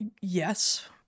yes